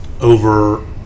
over